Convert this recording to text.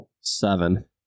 Seven